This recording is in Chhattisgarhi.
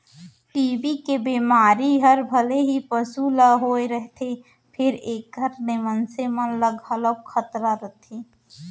टी.बी के बेमारी हर भले ही पसु ल होए रथे फेर एकर ले मनसे मन ल घलौ खतरा रइथे